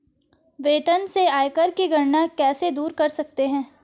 वेतन से आयकर की गणना कैसे दूर कर सकते है?